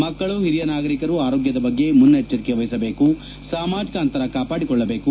ಮಕ್ಕಳು ಹಿರಿಯ ನಾಗರಿಕರು ಆರೋಗ್ಯದ ಬಗ್ಗೆ ಮುನ್ನೆಚ್ಚರಿಕೆ ವಹಿಸಬೇಕು ಸಾಮಾಜಿಕ ಅಂತರ ಕಾಪಾಡಿಕೊಳ್ಳಬೇಕು